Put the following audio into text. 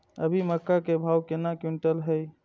अभी मक्का के भाव केना क्विंटल हय?